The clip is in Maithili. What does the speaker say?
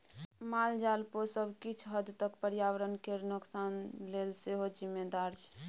मालजाल पोसब किछ हद तक पर्यावरण केर नोकसान लेल सेहो जिम्मेदार छै